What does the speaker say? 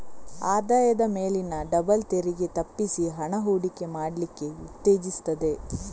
ಆದಾಯದ ಮೇಲಿನ ಡಬಲ್ ತೆರಿಗೆ ತಪ್ಪಿಸಿ ಹಣ ಹೂಡಿಕೆ ಮಾಡ್ಲಿಕ್ಕೆ ಉತ್ತೇಜಿಸ್ತದೆ